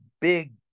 big